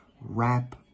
wrap